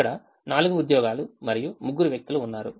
ఇక్కడ 4 ఉద్యోగాలు మరియు 3 వ్యక్తులు ఉన్నారు